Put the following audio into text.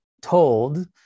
told